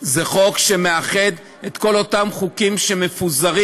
זה חוק שמאחד את כל אותם חוקים שמפוזרים